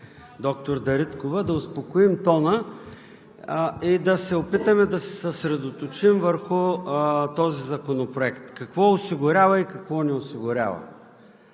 доктор Дариткова да успокоим тона и да се опитаме да се съсредоточим върху този законопроект – какво осигурява и какво не осигурява.